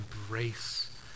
embrace